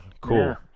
Cool